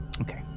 Okay